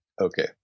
Okay